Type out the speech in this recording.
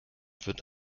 wird